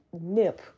nip